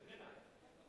איננה.